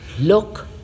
look